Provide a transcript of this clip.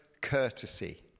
courtesy